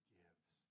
gives